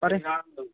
পাৰে